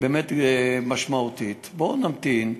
באמת משמעותית, בואו נמתין.